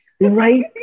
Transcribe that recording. right